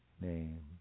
name